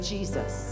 Jesus